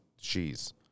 cheese